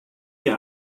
ihr